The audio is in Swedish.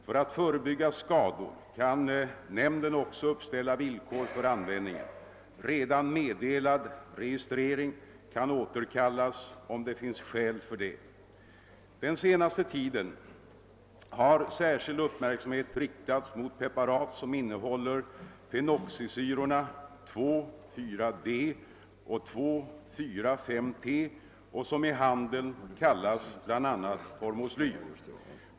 För att förebygga skador kan nämnden också uppställa villkor för användningen. Redan meddelad registrering kan återkallas, om det finns skäl för det. Den senaste tiden har särskilt uppmärksamhet riktats mot preparat som innehåller fenoxisyrorna 2, 4-D och 2, 4, 5-T och som i handeln kallas bl.a. hormoslyr.